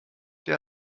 der